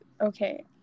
okay